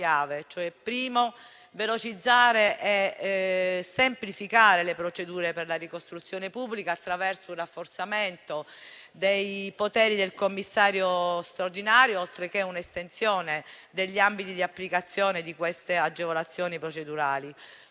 si tratta di velocizzare e semplificare le procedure per la ricostruzione pubblica attraverso un rafforzamento dei poteri del commissario straordinario, oltre che un'estensione degli ambiti di applicazione delle agevolazioni procedurali.